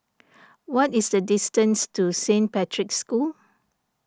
what is the distance to Saint Patrick's School